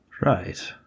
Right